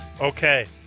Okay